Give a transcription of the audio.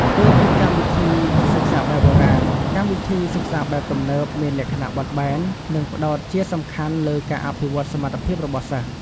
ផ្ទុយពីកម្មវិធីសិក្សាបែបបុរាណ កម្មវិធីសិក្សាបែបទំនើប មានលក្ខណៈ បត់បែន និងផ្តោតជាសំខាន់លើ ការអភិវឌ្ឍសមត្ថភាព របស់សិស្ស។